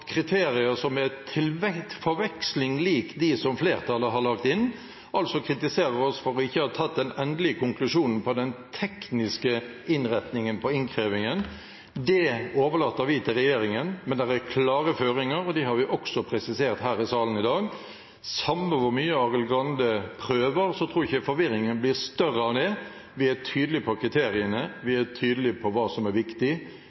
kriterier som er til forveksling like dem som flertallet har lagt inn, kritiserer oss for ikke å ha tatt den endelige konklusjonen på den tekniske innretningen på innkrevingen. Det overlater vi til regjeringen, men det er klare føringer, og dem har vi også presisert her i salen i dag. Samme hvor mye Arild Grande prøver, tror jeg ikke forvirringen blir større av det. Vi er tydelige på kriteriene, vi er tydelige på hva som er viktig.